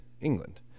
England